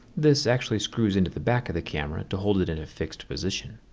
this actually screws into the back of the camera to hold it in a fixed position.